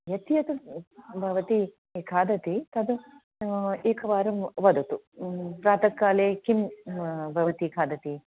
यद्य यत् भवति खादति तद् एकवारं वदतु प्रातः काले किं भवती खादति